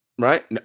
right